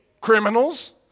criminals